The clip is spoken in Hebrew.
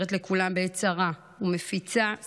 עוזרת לכולם בעת צרה ומפיצה שמחה,